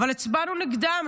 אבל הצבענו נגדם,